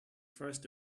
first